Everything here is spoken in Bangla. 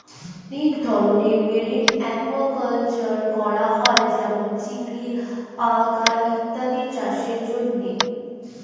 অনেক ধরনের মেরিন অ্যাকুয়াকালচার করা হয় যেমন চিংড়ি, আলগা ইত্যাদি চাষের জন্যে